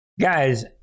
guys